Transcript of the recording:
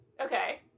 Okay